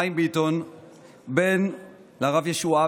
חיים ביטון, בן לרב ישועה